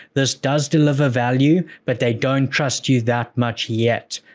this does deliver value, but they don't trust you that much yet,